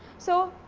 so,